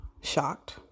shocked